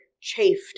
chafed